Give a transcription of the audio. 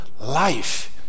life